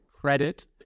credit